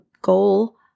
goal